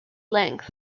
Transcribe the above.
length